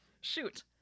Shoot